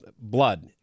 blood